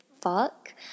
fuck